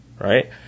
Right